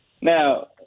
Now